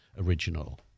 original